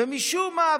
ומשום מה,